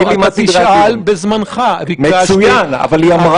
הממשלה יכולה להכריז שהשירות יוסמך לסייע למשרד הבריאות בביצוע